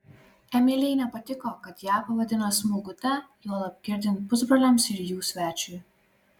emilijai nepatiko kad ją pavadino smulkute juolab girdint pusbroliams ir jų svečiui